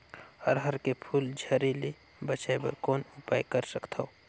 अरहर के फूल झरे ले बचाय बर कौन उपाय कर सकथव?